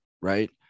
right